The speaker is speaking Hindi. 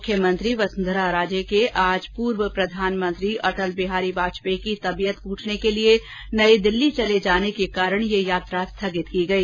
मुख्यमंत्री वसुंधरा राजे के आज पूर्व प्रधानमंत्री अटल बिहारी वाजपेयी की तबियत पूछने के लिए नई दिल्ली चले जाने के कारण यह यात्रा स्थगित की गई